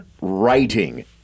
writing